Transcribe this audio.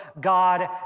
God